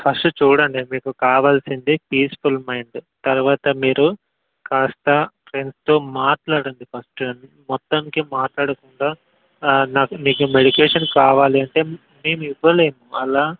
first చూడండి మీకు కావాల్సింది పీస్ఫుల్ మైండ్ తర్వాత మీరు కాస్త ఫ్రెండ్స్తో మాట్లాడండి ఫస్ట్ మొత్తాంనికి మాట్లాడకుండా నాకు మీకు మెడికేషన్ కావాలి అంటే మేము ఇవ్వలేము అలా